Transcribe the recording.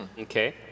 Okay